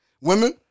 women –